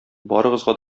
барыгызга